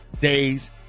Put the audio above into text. Day's